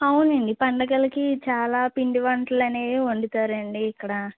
అవునండి పండుగలకి చాలా పిండివంటలనేవి వండుతారండి ఇక్కడ